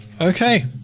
Okay